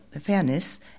fairness